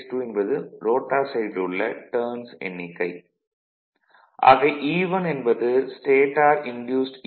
Nph2 என்பது rotor சைடில் உள்ள டர்ன்ஸ் எண்ணிக்கை ஆக E1 என்பது ஸ்டேடார் இன்டியூஸ்ட் ஈ